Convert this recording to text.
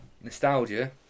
Nostalgia